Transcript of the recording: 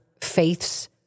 faiths